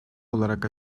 olarak